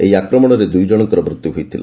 ଏହି ଆକ୍ରମଣରେ ଦୁଇ ଜଣଙ୍କର ମୃତ୍ୟୁ ହୋଇଥିଲା